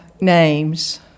names